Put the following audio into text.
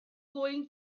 going